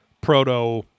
proto